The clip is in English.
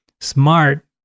smart